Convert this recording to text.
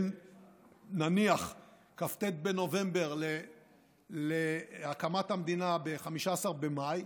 נניח בין כ"ט בנובמבר להקמת המדינה ב-15 במאי,